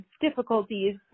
difficulties